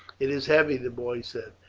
it is heavy, the boy said.